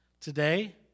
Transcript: today